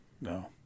No